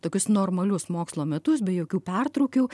tokius normalius mokslo metus be jokių pertrūkių